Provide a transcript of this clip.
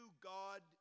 God